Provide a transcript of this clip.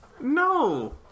No